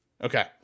Okay